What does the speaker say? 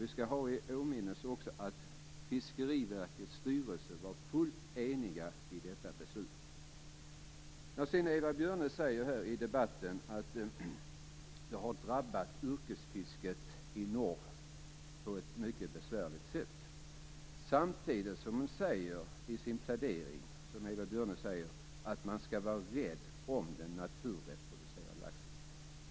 Vi skall också ha i åminnelse att Fiskeriverkets styrelse var fullt enig i detta beslut. Eva Björne säger här i debatten att beslutet har drabbat yrkesfisket i norr på ett mycket besvärligt sätt, samtidigt som hon i sin plädering säger att man skall vara rädd om den naturreproducerade laxen.